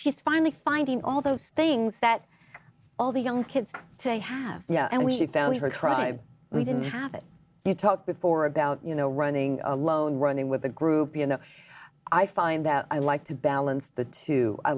she's finally finding all those things that all the young kids today have yeah and we found her tribe we didn't have it you talked before about you know running alone running with a group you know i find that i like to balance the two i